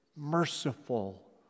Merciful